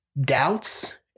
doubts